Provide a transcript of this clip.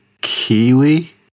Kiwi